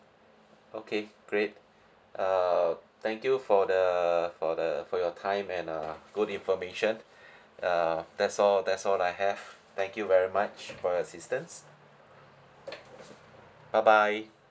okay great err thank you for the for the for your time and uh good information err that's all that's all that I have thank you very much for your assistance bye bye